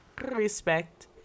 respect